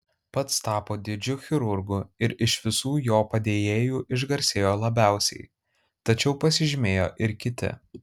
pats tapo didžiu chirurgu ir iš visų jo padėjėjų išgarsėjo labiausiai tačiau pasižymėjo ir kiti